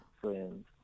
friends